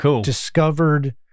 discovered